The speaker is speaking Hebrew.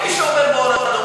מי שעובר באור אדום,